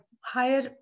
higher